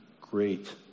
great